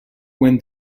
when